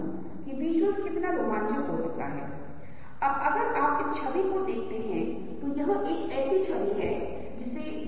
हरा एक ऐसा रंग है जो आपको खुश करता है यही कारण है कि आप कहते हैं कि हम इसे घास या किसी भी कारण से जोड़ते हैं